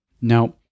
Now